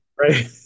Right